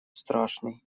страшный